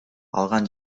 алган